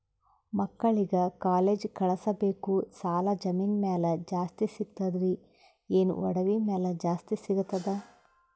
ಮಕ್ಕಳಿಗ ಕಾಲೇಜ್ ಕಳಸಬೇಕು, ಸಾಲ ಜಮೀನ ಮ್ಯಾಲ ಜಾಸ್ತಿ ಸಿಗ್ತದ್ರಿ, ಏನ ಒಡವಿ ಮ್ಯಾಲ ಜಾಸ್ತಿ ಸಿಗತದ?